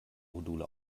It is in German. module